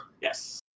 Yes